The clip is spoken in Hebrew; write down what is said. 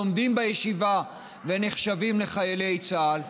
לומדים בישיבה ונחשבים לחיילי צה"ל.